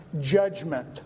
judgment